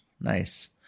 nice